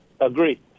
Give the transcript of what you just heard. Agree